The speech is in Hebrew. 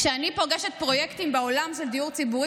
כשאני פוגשת בעולם פרויקטים של דיור ציבורי,